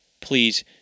please